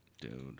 Dude